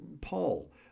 Paul